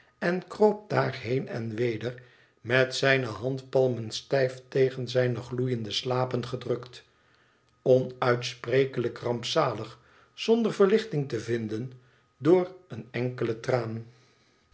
en kroop daar heen en weder met zijne handpalmen stijf tegen zijne gloeiende slapen gedrukt onuitsprekelijk rampzalig zonder verlichting te vinden door een enkelen traan